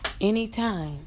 Anytime